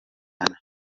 nane